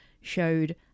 showed